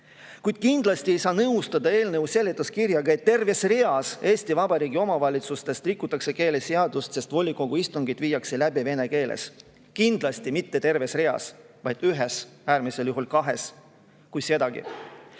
Kindlasti ei saa nõustuda eelnõu seletuskirjaga, [kus on kirjas], et terves reas Eesti Vabariigi omavalitsustes rikutakse keeleseadust, sest volikogu istungeid viiakse läbi vene keeles. Kindlasti mitte terves reas, vaid ühes, äärmisel juhul kahes, kui sedagi.